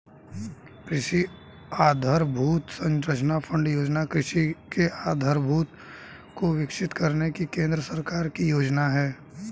कृषि आधरभूत संरचना फण्ड योजना कृषि के आधारभूत को विकसित करने की केंद्र सरकार की योजना है